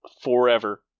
forever